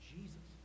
Jesus